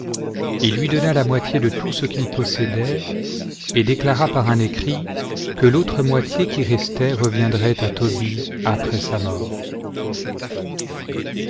il lui donna la moitié de tout ce qu'il possédait et déclara par un écrit que l'autre moitié qui restait reviendrait à tobie après sa mort